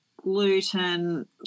Gluten